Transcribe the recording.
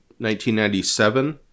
1997